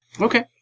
Okay